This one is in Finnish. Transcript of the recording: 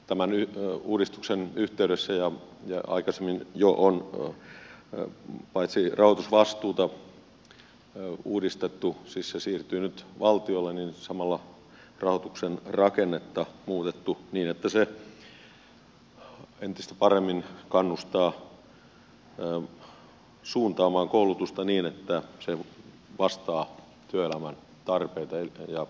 tämän uudistuksen yhteydessä ja jo aikaisemmin on paitsi rahoitusvastuuta uudistettu siis se siirtyy nyt valtiolle niin samalla rahoituksen rakennetta muutettu niin että se entistä paremmin kannustaa suuntaamaan koulutusta niin että se vastaa työelämän tarpeita ja yhteiskunnan tarpeita